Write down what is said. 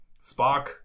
Spock